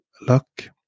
luck